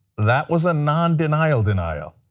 that was a nondenial denial.